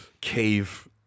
cave